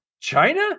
China